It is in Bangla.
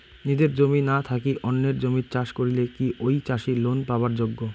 নিজের জমি না থাকি অন্যের জমিত চাষ করিলে কি ঐ চাষী লোন পাবার যোগ্য?